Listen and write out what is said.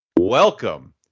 Welcome